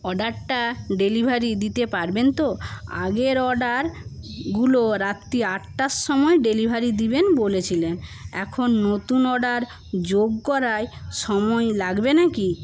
অর্ডারটা ডেলিভারি দিতে পারবেন তো আগের অর্ডারগুলো রাত্রি আটটার সময় ডেলিভারি দেবেন বলেছিলেন এখন নতুন অর্ডার যোগ করায় সময় লাগবে নাকি